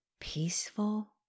peaceful